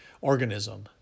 organism